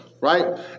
right